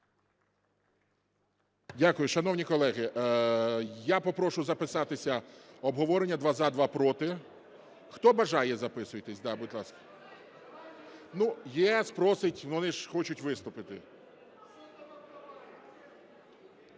Дякую. Шановні колеги, я попрошу записатися на обговорення: два – за, два – проти. Хто бажає, записуйтесь, будь ласка. "ЄС" просить, вони ж хочуть виступити.